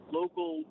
local